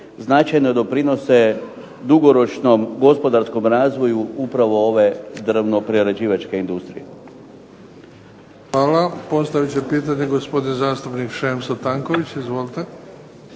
značajno doprinose dugoročnom gospodarskom razvoju upravo ove drvno-prerađivačke industrije.